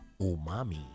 umami